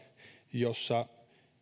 joissa